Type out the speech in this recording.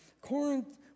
Corinth